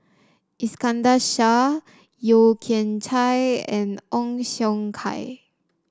Iskandar Shah Yeo Kian Chai and Ong Siong Kai